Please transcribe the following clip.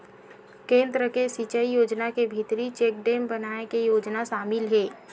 केन्द्र के सिचई योजना के भीतरी चेकडेम बनाए के योजना सामिल हे